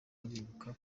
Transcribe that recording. bibuka